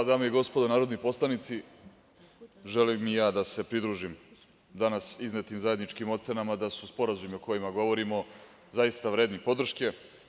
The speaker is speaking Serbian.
Dame i gospodo narodni poslanici, želim i ja da se pridružim danas iznetim zajedničkim ocenama da su sporazumi o kojima govorimo zaista vredni podrške.